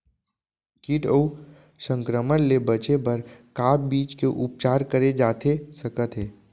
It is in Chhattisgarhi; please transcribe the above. किट अऊ संक्रमण ले बचे बर का बीज के उपचार करे जाथे सकत हे?